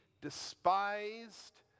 despised